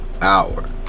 hour